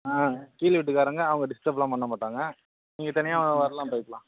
ஆ கீழ் வீட்டுக்காரங்க அவங்க டிஸ்டர்ப்லாம் பண்ணமாட்டாங்க நீங்கள் தனியாக வரலாம் போய்க்கலாம்